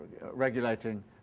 regulating